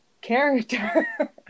character